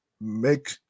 make